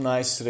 Nice